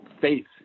faith